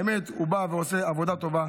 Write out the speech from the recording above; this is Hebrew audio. האמת, הוא בא ועושה עבודה טובה.